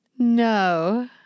No